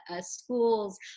schools